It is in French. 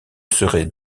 serait